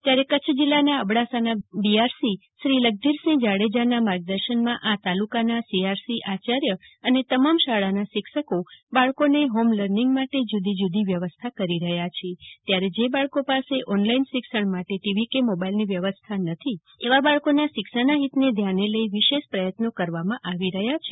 ત્યારે કચ્છ જિલ્લાના અબડાસાના બીઆરસી શ્રી લખધીરસિંહ જાડેજાના માર્ગદર્શનમાં આ તાલુકાના સીઆરસી આચાર્ય અને તમામ શાળાના શિક્ષકો બાળકોને હોમલર્નીંગ માટે જૂદી જૂદી વ્યવસ્થા ઘરે ઘરે જઈને કે ટેલિફોનિક સંપર્ક દ્વારા કરી રહ્યા છે ત્યારે જે બાળકો પાસે ઓનલાઈન શિક્ષણ માટે ટીવી કે મોબાઈલની વ્યવસ્થા પણ નથી તેવા બાળકોના શિક્ષણના હિતને ધ્યાને લઈ વિશેષ પ્રયત્નો કરવામાં આવી રહ્યા છે